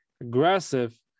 aggressive